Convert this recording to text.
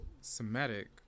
Semitic